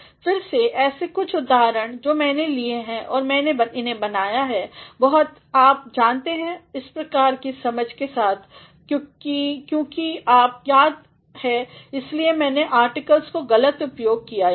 फिर से ऐसे कुछ उद्धरण हैं जो मैने लिए हैं और मैने इन्हें बनाया हैबहुत आप जानते हैं उस प्रकार की समझ के साथ कि क्योंकि आपको याद है इसलिए मैने आर्टिकल्स का गलत उपयोग किया है यहाँ